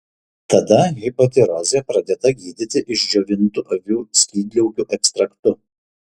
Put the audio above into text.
tada hipotirozė pradėta gydyti išdžiovintu avių skydliaukių ekstraktu